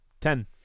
Ten